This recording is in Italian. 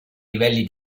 livelli